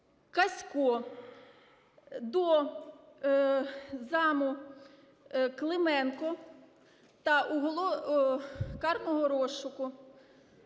Каську, до зама Клименка карного розшуку